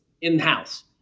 in-house